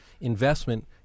investment